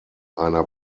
einer